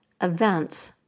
events